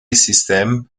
system